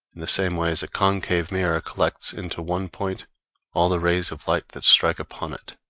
in the same way as a concave mirror collects into one point all the rays of light that strike upon it.